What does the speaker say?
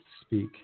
speak